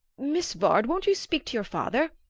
miss vard, won't you speak to your father?